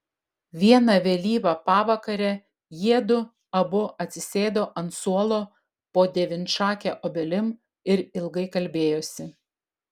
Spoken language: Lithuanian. vieną vėlyvą pavakarę jiedu abu atsisėdo ant suolo po devynšake obelim ir ilgai kalbėjosi